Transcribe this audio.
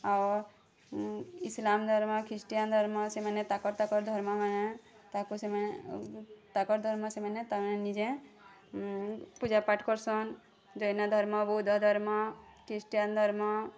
ଆଉ ଇସ୍ଲାମ୍ ଧର୍ମ ଖ୍ରୀଷ୍ଟିୟାନ୍ ଧର୍ମ ସେମାନେ ତାକର୍ ତାକର୍ ଧର୍ମମାନେ ତାକୁ ସେମାନେ ତାକର ଧର୍ମେ ସେମାନେ ତମେ ନିଜେ ପୂଜାପାଠ୍ କରୁସନ୍ ଜୈନ ଧର୍ମ ବୌଦ୍ଧ ଧର୍ମ ଖ୍ରୀଷ୍ଟିୟାନ୍ ଧର୍ମ